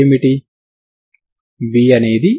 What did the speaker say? ఇక్కడ ut2 మీ గతి శక్తి అవుతుంది సరేనా